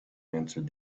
answered